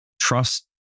Trust